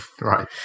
Right